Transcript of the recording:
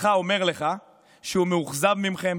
שהוא מאוכזב מכם,